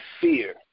fear